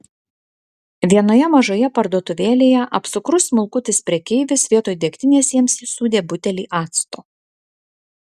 vienoje mažoje parduotuvėlėje apsukrus smulkutis prekeivis vietoj degtinės jiems įsūdė butelį acto